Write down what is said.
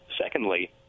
secondly